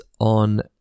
on